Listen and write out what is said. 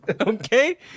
Okay